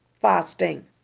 fasting